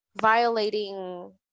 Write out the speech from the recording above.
violating